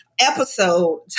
Episode